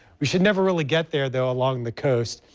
you should never really get there, though along the coast.